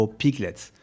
piglets